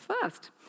first